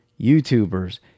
YouTubers